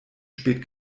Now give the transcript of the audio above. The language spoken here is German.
spät